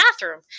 bathroom